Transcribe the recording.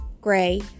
gray